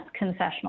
concessional